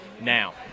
Now